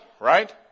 right